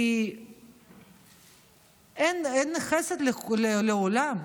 כי אין חסד לעולם,